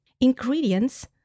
Ingredients